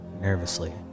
nervously